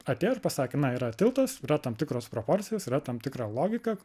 atėjo ir pasaė na yra tiltas yra tam tikros proporcijos yra tam tikra logika